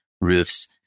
roofs